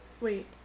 Wait